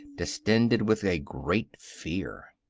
distended with a great fear.